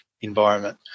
environment